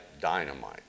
dynamite